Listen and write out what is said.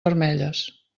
vermelles